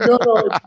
No